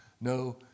No